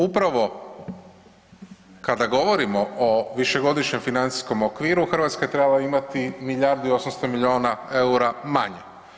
Upravo kada govorimo o višegodišnjem financijskom okviru Hrvatska je trebala imati milijardu i 800 milijuna eura manje.